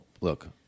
look